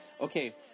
Okay